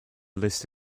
list